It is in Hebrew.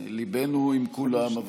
ליבנו עם כולם,